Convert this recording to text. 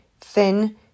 thin